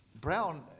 Brown